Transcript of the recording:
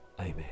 Amen